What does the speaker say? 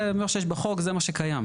זה מה שיש בחוק, זה מה שקיים.